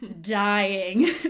dying